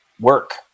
work